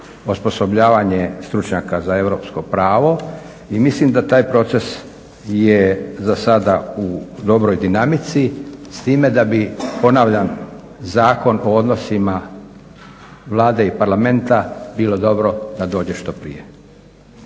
osposobljavanje stručnjaka za europsko pravo i mislim da taj proces je za sada u dobroj dinamici s time da bi ponavljam Zakon o odnosima Vlade i Parlamenta bilo dobro da dođe što prije.